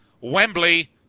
Wembley